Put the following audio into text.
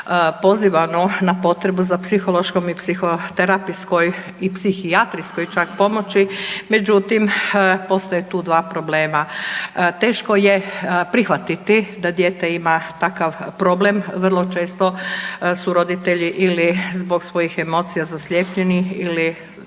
pozivano na potrebu za psihološkom i psihoterapijskoj i psihijatrijskoj čak, pomoći, međutim, postoje tu 2 problema. Teško je prihvatiti da dijete ima takav problem. Vrlo često su roditelji ili zbog svojih emocija zaslijepljeni ili